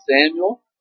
Samuel